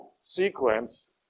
sequence